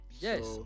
yes